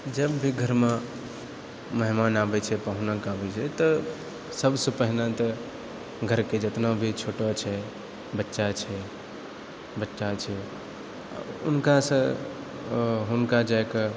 जब भी घरमे मेहमान आबै छै पाहुन आबै छै तऽ सबसँ पहिने तऽ घरके जतना भी छोटा छै बच्चा छै हुनकासँ हुनका जाकऽ